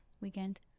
weekend